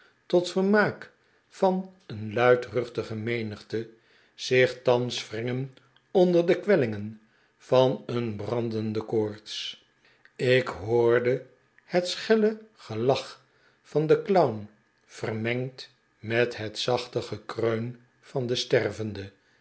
tot vermaak van een luidruchtige menigte zich thans wringen onder de kwellingen van een brandende koorts ik hoorde het schelle gelach van den clown vermengd met het zachte gekreun van den stervende